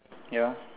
ya